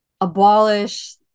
abolish